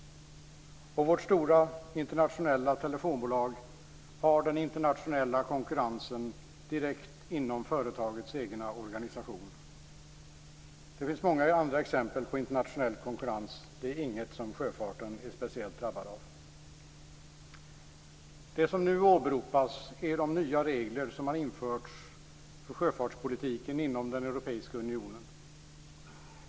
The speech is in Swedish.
Och vårt stora internationella telefonbolag har den internationella konkurrensen direkt inom företagets egen organisation. Det finns många andra exempel på internationell konkurrens. Det är inget som sjöfarten är speciellt drabbad av. Det som nu åberopas är de nya regler som har införts för sjöfartspolitiken inom den europeiska unionen.